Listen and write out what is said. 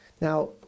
Now